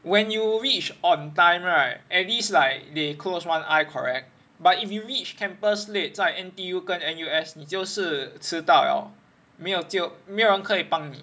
when you reach on time right at least like they close one eye correct but if you reach campus late 在 N_T_U 跟 N_U_S 你就是迟到 liao 没有就没有人可以帮你